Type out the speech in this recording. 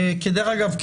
כדרך אגב,